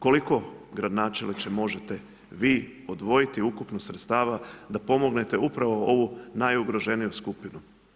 Koliko gradonačelniče možete vi odvojiti ukupno sredstava da pomognete upravo ovu najugroženiju skupinu?